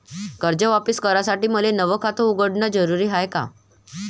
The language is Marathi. कर्ज वापिस करासाठी मले नव खात उघडन जरुरी हाय का?